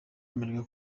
amerika